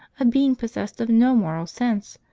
a being possessed of no moral sense,